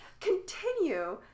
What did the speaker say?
continue